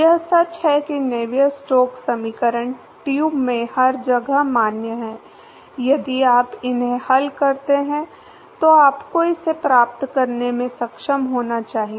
यह सच है कि नेवियर स्टोक्स समीकरण ट्यूब में हर जगह मान्य है यदि आप उन्हें हल करते हैं तो आपको इसे प्राप्त करने में सक्षम होना चाहिए